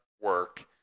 work